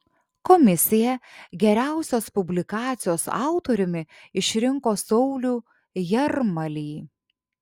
komisija geriausios publikacijos autoriumi išrinko saulių jarmalį